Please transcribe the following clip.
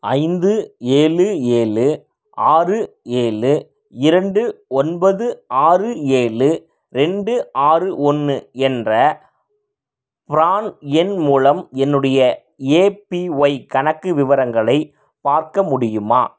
ஐந்து ஏழு ஏழு ஆறு ஏழு இரண்டு ஒன்பது ஆறு ஏழு ரெண்டு ஆறு ஒன்று என்ற ப்ரான் எண் மூலம் என்னுடைய ஏபிஒய் கணக்கு விவரங்களை பார்க்க முடியுமா